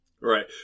Right